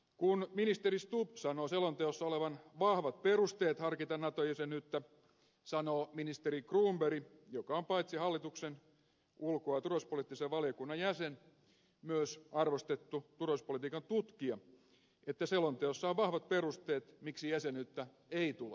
kun ministeri stubb sanoo selonteossa olevan vahvat perusteet harkita naton jäsenyyttä sanoo ministeri cronberg joka on paitsi hallituksen ulko ja turvallisuuspoliittisen valiokunnan jäsen myös arvostettu turvallisuuspolitiikan tutkija että selonteossa on vahvat perusteet miksi jäsenyyttä ei tule harkita